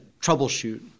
troubleshoot